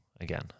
again